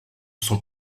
son